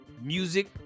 music